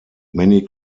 many